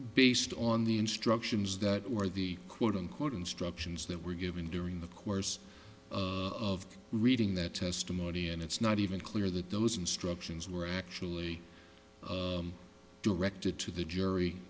based on the instructions that were the quote unquote instructions that were given during the course of reading that testimony and it's not even clear that those instructions were actually directed to the jury